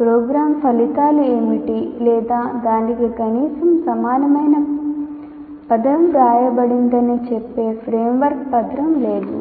programme ఫలితాలు ఏమిటి లేదా దానికి కనీసం సమానమైన పదం వ్రాయబడిందని చెప్పే ఫ్రేమ్వర్క్ పత్రం లేదు